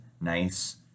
nice